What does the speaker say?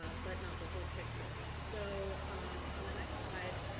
ah but not the whole picture. so on the next slide,